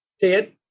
Ted